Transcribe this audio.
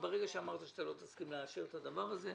ברגע שאמרת שאתה לא תסכים לאשר את הדבר הזה,